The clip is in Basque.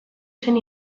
zen